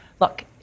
look